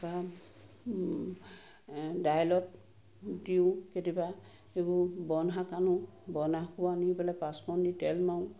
বা দাইলত দিওঁ কেতিয়াবা এইবোৰ বনশাক আনো বনশাকো আনি পেলাই পাঁচফোৰণ দি তেল মাৰোঁ